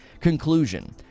Conclusion